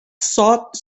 sought